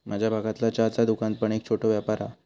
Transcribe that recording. माझ्या भागतला चहाचा दुकान पण एक छोटो व्यापार हा